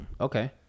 Okay